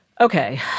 Okay